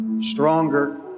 stronger